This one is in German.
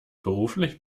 beruflich